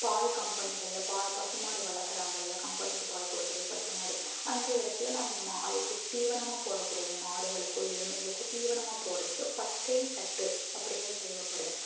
பால் கம்பெனிகளில் பா பசுமாடு வளர்க்குறாங்கள்ல கம்பெனிக்கு பால் கொடுக்குறது பசுமாடு அந்த இடத்துல நம்ம மா அதுக்கு தீவனமாக போடக்கூடியது அந்த மாடுகளுக்கும் எருமைகளுக்கும் தீவனமாக போடுறதுக்கு பச்சைத்தட்டு அப்படிங்கறது தேவைப்படுது